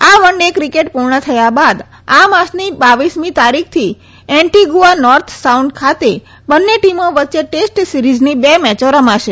આ one day cricket પુર્ણ થયા બાદ આ માસની બાવીસમી તારીખથી એન્ટીગુઆ નોર્થ સાઉન્ડ ખાતે બંને ટીમો વચ્ચે ટેસ્ટ સીરીઝની બે મેયો રમાશે